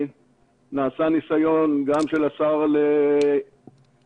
נעשה ניסיון גם של השר צחי הנגבי,